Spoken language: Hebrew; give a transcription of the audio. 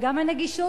וגם הנגישות,